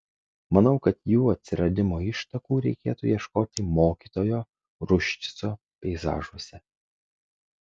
manau kad jų atsiradimo ištakų reikėtų ieškoti mokytojo ruščico peizažuose